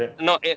No